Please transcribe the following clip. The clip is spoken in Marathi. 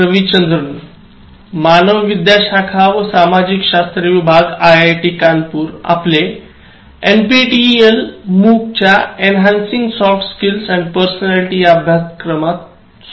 रविचंद्रन मानवविद्याशाखा व सामाजिक शस्त्रे विभागIIT कानपुर आपले NPTEL MOOC च्या "enhancing soft skills and personality" अभयसक्रमात स्वागत करतो